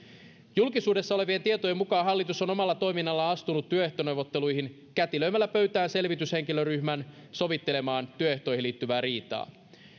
julkisuudessa olevien tietojen mukaan hallitus on omalla toiminnallaan astunut työehtoneuvotteluihin kätilöimällä pöytään selvityshenkilötyöryhmän sovittelemaan työehtoihin liittyvää riitaa